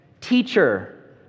Teacher